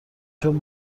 چون